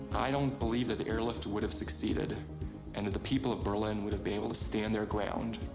i don't believe that the airlift would've succeeded and that the people of berlin would've been able to stand their ground,